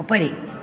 उपरि